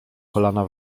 kolana